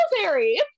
military